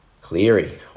Cleary